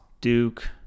duke